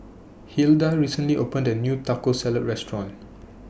Hilda recently opened A New Taco Salad Restaurant